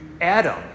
Adam